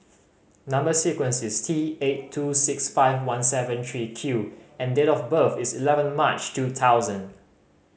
number sequence is T eight two six five one seven three Q and date of birth is eleven March two thousand